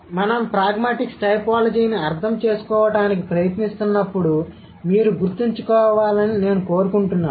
కాబట్టి మనం ప్రాగ్మాటిక్స్ టైపోలాజీని అర్థం చేసుకోవడానికి ప్రయత్నిస్తున్నప్పుడు మీరు గుర్తుంచుకోవాలని నేను కోరుకుంటున్నాను